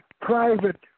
private